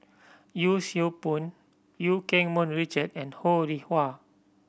Yee Siew Pun Eu Keng Mun Richard and Ho Rih Hwa